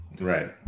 Right